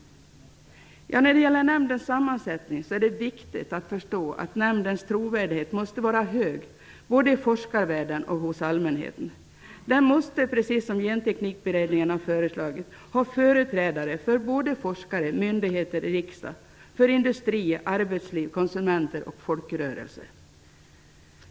När det gäller nämndens sammansättning är det viktigt att förstå att nämndens trovärdighet måste vara hög både i forskarvärlden och hos allmänheten. Den måste -- precis som Genteknikberedningen föreslagit -- ha företrädare för forskare, för myndigheter och för riksdagen liksom också för industri, arbetsliv, konsumenter och folkrörelser.